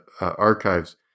archives